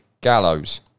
Gallows